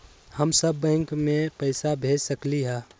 हम सब बैंक में पैसा भेज सकली ह?